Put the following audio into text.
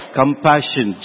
compassion